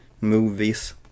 movies